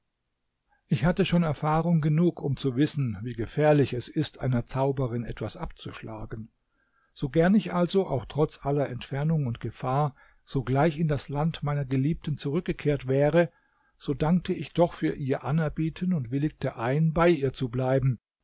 ich hatte schon erfahrung genug um zu wissen wie gefährlich es ist einer zauberin etwas abzuschlagen so gern ich also auch trotz aller entfernung und gefahr sogleich in das land meiner geliebten zurückgekehrt wäre so dankte ich doch für ihr anerbieten und willigte ein bei ihr zu bleiben